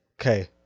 okay